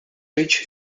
rich